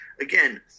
Again